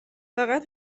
فقط